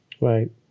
Right